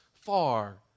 far